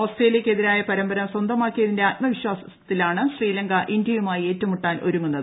ഓസ്ട്രേലിയയ്ക്ക് എതിരായ പരമ്പര സ്വന്തമാക്കിയതിന്റെ ആത്മവിശ്വാസത്തിലാണ് ശ്രീലങ്ക ഇന്ത്യയുമായി ഏറ്റുമുട്ടാൻ ഒരുങ്ങുന്നത്